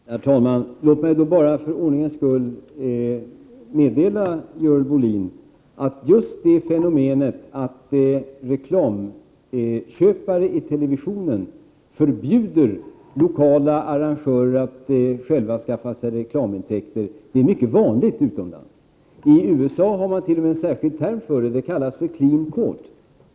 Herr talman! Låt mig för ordningens skull meddela Görel Bohlin att just det fenomenet att reklamköpare i televisionen förbjuder lokala arrangörer att själva skaffa sig reklamintäkter är mycket vanligt utomlands. I USA har man t.o.m. en särskild term för detta. Det kallas ”elean court”.